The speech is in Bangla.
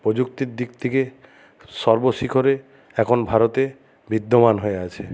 প্রযুক্তির দিক থেকে সর্ব শিখরে এখন ভারতে বিদ্যমান হয়ে আছে